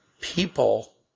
People